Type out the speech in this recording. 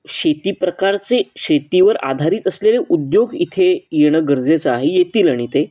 शेती प्रकारचे शेतीवर आधारित असलेले उद्योग इथे येणं गरजेचं आहे येतील आणि ते